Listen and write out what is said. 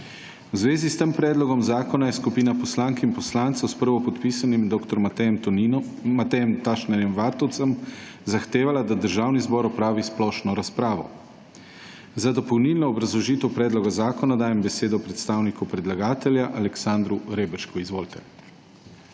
V zvezi s tem predlogom zakona je skupina poslank in poslancev s prvopodpisanim dr. Matejem Tašnerjem Vatovcem zahtevala, da državni zbor opravi splošno razpravo. Za dopolnilno obrazložitev predloga zakona dajem besedo predstavniku predlagatelja Aleksandru Reberšku. Izvolite.